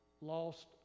lost